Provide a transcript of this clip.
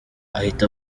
ahita